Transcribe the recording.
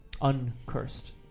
uncursed